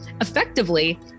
effectively